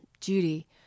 Judy